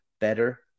better